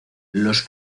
los